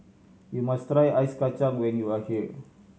you must try Ice Kachang when you are here